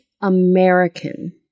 American